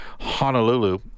Honolulu